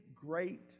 great